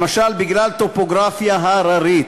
למשל בגלל טופוגרפיה הררית.